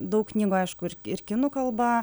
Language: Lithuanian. daug knygų aišku ir ir kinų kalba